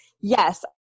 yes